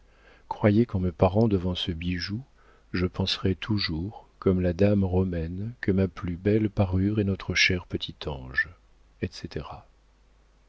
croyez qu'en me parant devant ce bijou je penserai toujours comme la dame romaine que ma plus belle parure est notre cher petit ange etc